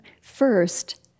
first